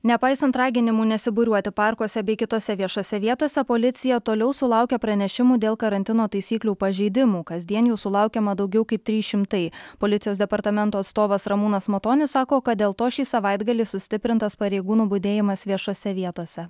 nepaisant raginimų nesibūriuoti parkuose bei kitose viešose vietose policija toliau sulaukia pranešimų dėl karantino taisyklių pažeidimų kasdien jų sulaukiama daugiau kaip trys šimtai policijos departamento atstovas ramūnas matonis sako kad dėl to šį savaitgalį sustiprintas pareigūnų budėjimas viešose vietose